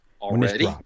Already